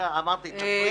אמרתי שתפקיד.